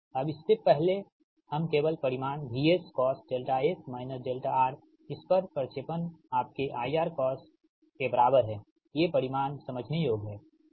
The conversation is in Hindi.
अबइससे हम केवल परिमाण VS cosδS − δR इस पर प्रक्षेपण आपके IRCos के बराबर है ये परिमाण समझने योग्य हैं